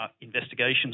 investigations